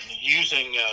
using